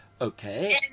Okay